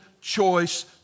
choice